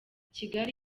kigali